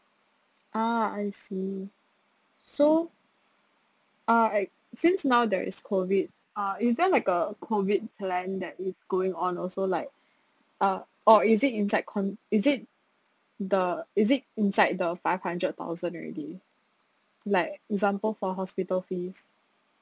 ah I see so uh since now there is COVID uh is there like a COVID plan that is going on also like uh or is it inside con~ is it the is it inside the five hundred thousand already like example for hospital fees